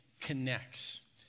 connects